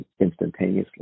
instantaneously